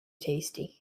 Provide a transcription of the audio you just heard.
tasty